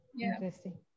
interesting